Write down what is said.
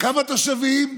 כמה תושבים?